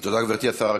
תודה, גברתי השרה.